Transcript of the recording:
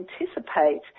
anticipate